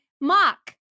mock